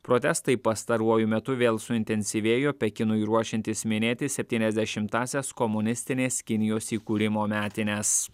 protestai pastaruoju metu vėl suintensyvėjo pekinui ruošiantis minėti septyniasdešimtąsias komunistinės kinijos įkūrimo metines